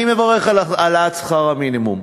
אני מברך על העלאת שכר המינימום.